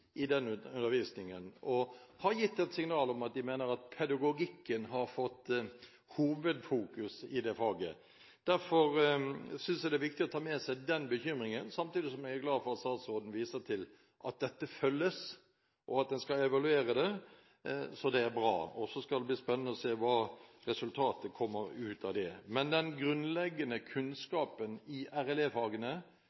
i denne undervisningen og har gitt et signal om at de mener at pedagogikken har fått hovedfokus i det nye faget. Jeg synes det er viktig å ta med seg den bekymringen samtidig som jeg er glad for at statsråden viser til at dette følges, og at en skal evaluere det. Det er bra. Så skal det bli spennende å se hvilket resultat som kommer ut at det. Men den grunnleggende